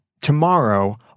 tomorrow